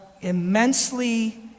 immensely